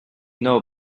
know